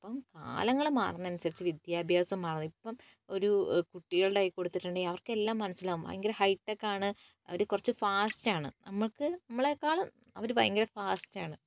അപ്പം കാലങ്ങൾ മാറുന്നതിനനുസരിച്ച് വിദ്യാഭ്യാസവും മാറുന്നു ഇപ്പോൾ ഒരു കുട്ടികളുടെ കയ്യിൽ കൊടുത്തിട്ടുണ്ടെങ്കിൽ അവർക്ക് എല്ലാം മനസിലാകും ഭയങ്കര ഹൈടെക്കാണ് അവര് കുറച്ച് ഫാസ്റ്റാണ് നമുക്ക് നമ്മളെക്കാളും അവര് ഭയങ്കര ഫാസ്റ്റാണ്